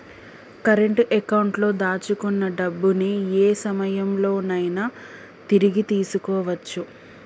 current అకౌంట్లో దాచుకున్న డబ్బుని యే సమయంలోనైనా తిరిగి తీసుకోవచ్చు